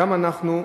גם אנחנו,